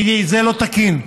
כי זה לא תקין.